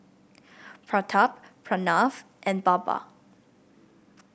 Pratap Pranav and Baba